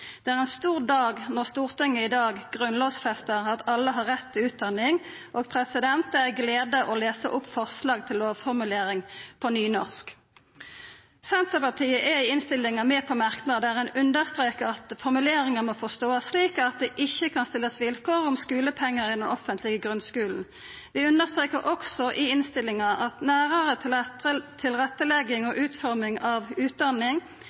Det er ein stor dag når Stortinget i dag grunnlovfestar at alle har rett til utdanning, og det er ei glede å lesa opp forslag til lovformulering på nynorsk. Senterpartiet er i innstillinga med på ein merknad der ein understrekar at formuleringa må forståast slik at det ikkje kan stillast vilkår om skulepengar i den offentlege grunnskulen. Vi understrekar også i innstillinga at nærare tilrettelegging og utforming av utdanning,